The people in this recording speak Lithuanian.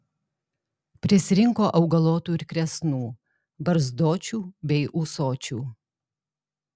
prisirinko augalotų ir kresnų barzdočių bei ūsočių